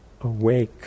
awake